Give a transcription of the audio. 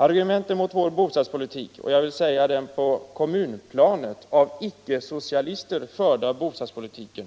Argumenten mot vår bostadspolitik, och den på kommunalplanet av icke-socialister förda bostadspolitiken,